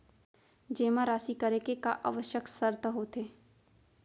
जेमा राशि करे के का आवश्यक शर्त होथे?